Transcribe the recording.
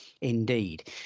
indeed